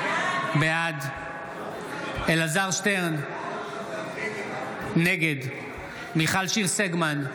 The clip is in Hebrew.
בעד אלעזר שטרן, נגד מיכל שיר סגמן,